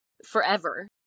forever